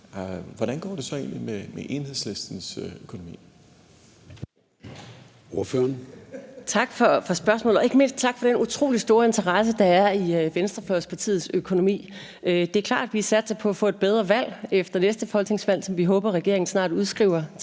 hvordan går det så egentlig med Enhedslistens økonomi?